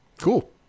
Cool